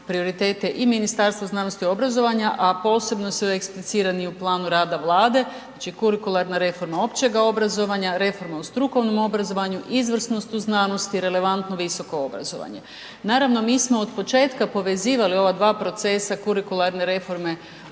i Ministarstva znanosti i obrazovanja, a posebno su eksplicirani u planu rada Vlade, znači kurikularna reforma općega obrazovanja, reforma u strukovnom obrazovanju, izvrsnost u znanosti, relevantno visoko obrazovanje. Naravno, mi smo od početka povezivali ova dva procesa kurikularne reforme